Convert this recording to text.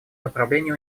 направлении